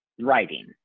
writing